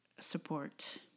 support